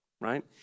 right